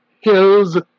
hills